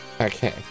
Okay